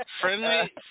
Friendly